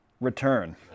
return